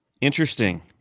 Interesting